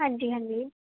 ਹਾਂਜੀ ਹਾਂਜੀ